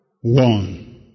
one